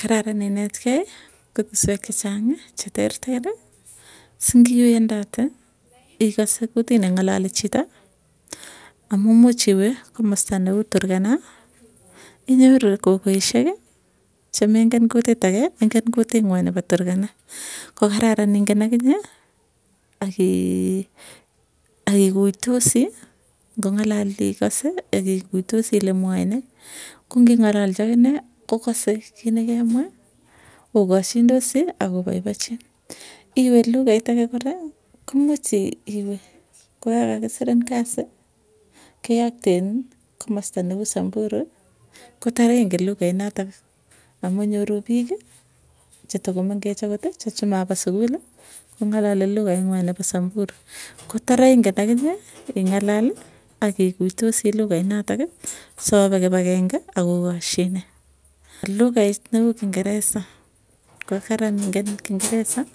Kararan inetkei kutuswek che chang che terter, singiwendote igose kutit ne ngalali chito, amu imuch iwe komasta neu turkana, inyoru gogoisiek che mengen kutit age ingen kutinywan nepo turkana, ko kararan ingei akinye akiguitosi ngo ngalal igase akiguitosi ile mwae ne, ko ngi ngalalchi aginye kokase kit ne kemwa ogashindosi akipoipochi iwe lugait age kora ko much iwe ko kakisirin kazi keyakten komasta neu samburu ko tara ingen lugait natak, amonyoru pik chetakomengech agot chemapa sugul kongalali lugait nywa nepo samburu ko tara ingen akinye ingalal akiguitosi lugait notok sope kipagenge agogashine. Lugait neu kingeresa ko kararan ingen kingeresa.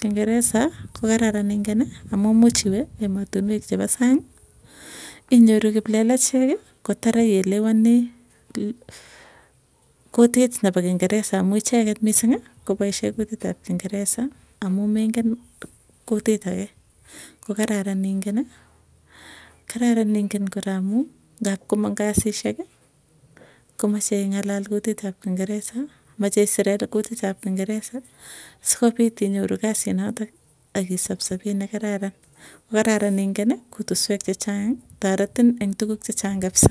kingeresa, ko kararan ingen amu much iwe emet nebo sang inyoru kiplelachek ko tara ielewani kuyit nepo kingeresa amu icheget mising ko poishe kutit ap kingeresa amu ko mengen kutit age ko kararan ingan, kararan ingen kora amu ngap komang kasisiek komache ingalal kutit ap kingeresa. komache isire kutit ap kingeresa sikopit inyoru kasit natak akisap sapet ne kararan. kararan ingen kutuswek chechang, toretin eng tuguk che chang kapsa.